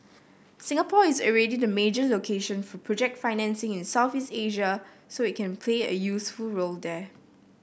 Singapore is already the major location for project financing in Asia so it can play a useful role there